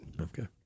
Okay